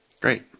Great